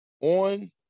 on